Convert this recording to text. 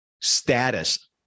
status